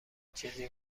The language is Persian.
چیزی